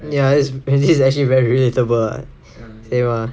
ya that is this is actually very relatable same lah